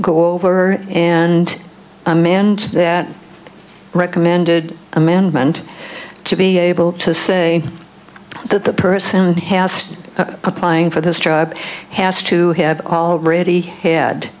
go over and manned that recommended amendment to be able to say that the person has applying for this job has to have already had